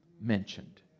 mentioned